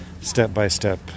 step-by-step